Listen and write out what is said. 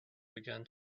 began